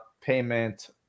payment